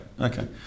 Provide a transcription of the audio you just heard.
Okay